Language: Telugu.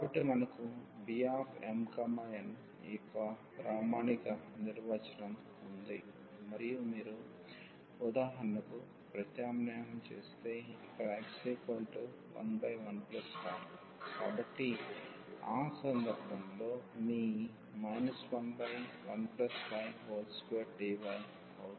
కాబట్టి మనకు Bmn యొక్క ఈ ప్రామాణిక నిర్వచనం ఉంది మరియు మీరు ఉదాహరణకు ప్రత్యామ్నాయం చేస్తే ఇక్కడ x11y కాబట్టి ఆ సందర్భంలో మీ 11y2dy అవుతుంది